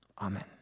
Amen